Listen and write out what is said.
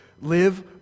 live